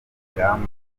ingamba